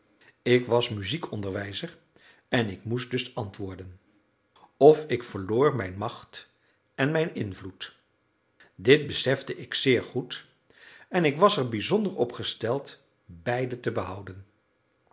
ik was muziekonderwijzer en ik moest dus antwoorden of ik verloor mijn macht en mijn invloed dit besefte ik zeer goed en ik was er bijzonder op gesteld beide te behouden